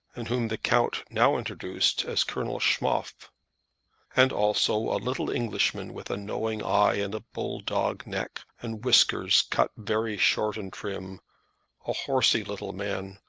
and whom the count now introduced as colonel schmoff and also a little englishman with a knowing eye and a bull-dog neck, and whiskers cut very short and trim a horsey little man,